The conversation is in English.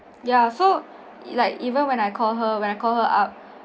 ya so like even when I called her when I called her up